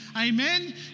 Amen